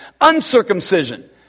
uncircumcision